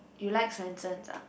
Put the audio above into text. you like Swensen's ah